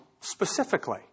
specifically